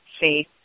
Faith